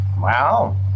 Wow